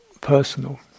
personal